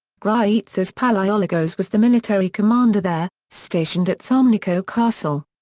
graitzas palaiologos was the military commander there, stationed at salmeniko castle.